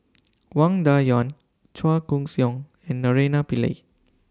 Wang Dayuan Chua Koon Siong and Naraina Pillai